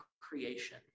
creation